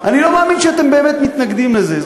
אני לא מאמין שאתם באמת מתנגדים לזה.